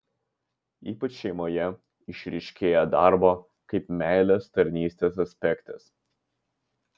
ypač šeimoje išryškėja darbo kaip meilės tarnystės aspektas